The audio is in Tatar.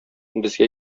безгә